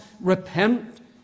repent